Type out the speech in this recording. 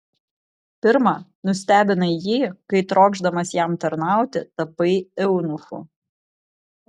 pirma nustebinai jį kai trokšdamas jam tarnauti tapai eunuchu